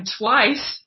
twice